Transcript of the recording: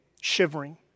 shivering